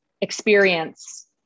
experience